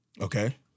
Okay